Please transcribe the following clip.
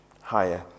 higher